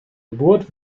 geburt